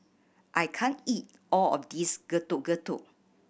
I can't eat all of this Getuk Getuk